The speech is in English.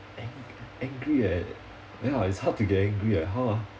ang~ angry eh ya it's hard to get angry eh how ah